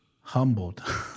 humbled